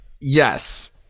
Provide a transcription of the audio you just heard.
Yes